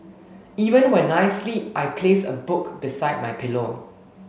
even when I sleep I place a book beside my pillow